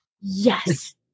yes